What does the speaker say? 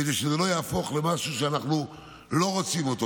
כדי שזה לא יהפוך למשהו שאנחנו לא רוצים אותו.